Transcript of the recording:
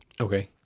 Okay